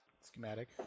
Schematic